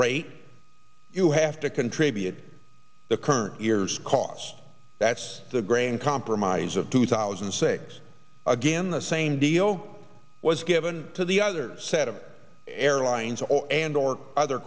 rate you have to contribute to the current year's cost that's the grand compromise of two thousand and six again the same deal was given to the other set of airlines or and or other